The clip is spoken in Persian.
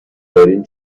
دارین